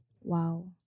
Wow